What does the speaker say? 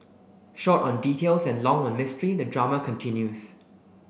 short on details and long on mystery the drama continues